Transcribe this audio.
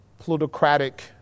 plutocratic